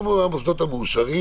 כל המוסדות המאושרים.